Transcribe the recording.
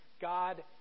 God